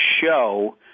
show